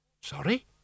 sorry